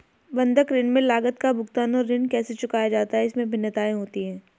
बंधक ऋण में लागत का भुगतान और ऋण कैसे चुकाया जाता है, इसमें भिन्नताएं होती हैं